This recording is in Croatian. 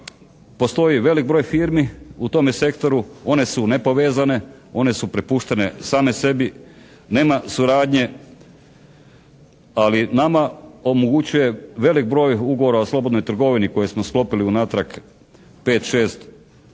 Postoji velik broj firmi u tome sektoru, one su nepovezane, one su prepuštene same sebi, nema suradnje, ali nama omogućuje velik broj ugovora o slobodnoj trgovini koji smo sklopili unatrag 5, 6,